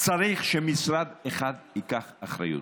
צריך שמשרד אחד ייקח אחריות.